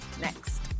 Next